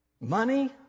money